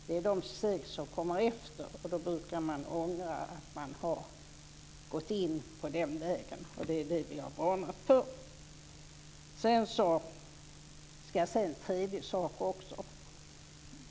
Det är de steg som kommer efter, och då brukar man ångra att man har gått in på den vägen. Det är det vi har varnat för. Jag ska säga en tredje sak också.